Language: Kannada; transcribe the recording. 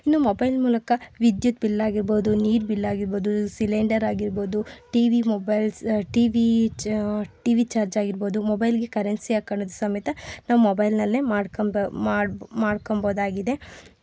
ಇನ್ನು ಮೊಬೈಲ್ ಮೂಲಕ ವಿದ್ಯುತ್ ಬಿಲ್ ಆಗಿರ್ಬೋದು ನೀರು ಬಿಲ್ ಆಗಿರ್ಬೋದು ಸಿಲಿಂಡರ್ ಆಗಿರ್ಬೋದು T V mobiles T V ಚ್ ಟಿ ವಿ ಚಾರ್ಜ್ ಆಗಿರ್ಬೋದು ಮೊಬೈಲ್ಗೆ ಕರೆನ್ಸಿ ಹಾಕೊಂಡಿದ್ದು ಸಮೇತ ನಾವು ಮೊಬೈಲ್ನಲ್ಲೇ ಮಾಡ್ಕಂಬ ಮಾಡಿ ಮಾಡ್ಕೋಬೋದಾಗಿದೆ